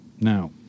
Now